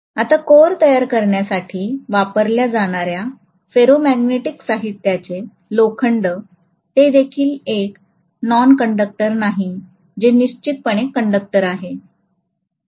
आता कोर तयार करण्यासाठी वापरल्या जाणाऱ्या फेरोमॅग्नेटिक साहित्याचे लोखंड ते देखील एक नॉन कंडक्टर नाही जे निश्चितपणे कंडक्टर आहे